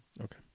Okay